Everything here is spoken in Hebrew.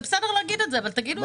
זה בסדר להגיד את זה, אבל תגידו את זה.